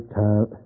time